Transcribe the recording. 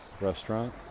restaurant